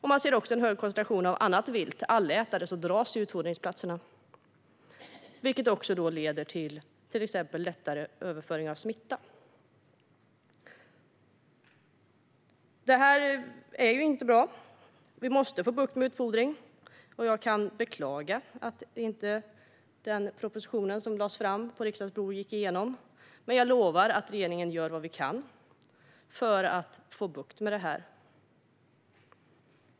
Man ser också en hög koncentration av annat vilt, allätare som dras till utfodringsplatserna, vilket även leder till exempelvis lättare överföring av smitta. Det här är inte bra. Vi måste få bukt med utfodringen. Jag kan beklaga att den proposition som lades på riksdagens bord inte gick igenom. Men jag lovar att regeringen gör vad den kan för att få bukt med det här.